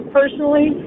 personally